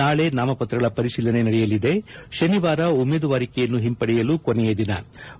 ನಾಳೆ ನಾಮಪತ್ರಗಳ ಪರಿಶೀಲನೆ ನಡೆಯಲಿದ್ಲು ಶನಿವಾರ ಉಮೇದುವಾರಿಕೆಯನ್ನು ಹಿಂಪಡೆಯಲು ಕಡೆಯ ದಿನವಾಗಿದೆ